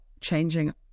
changing